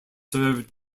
served